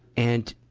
and,